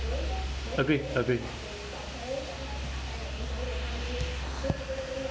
agree agree